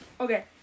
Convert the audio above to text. Okay